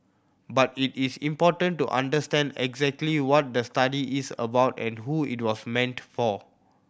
but it is important to understand exactly what the study is about and who it was meant for